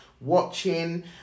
watching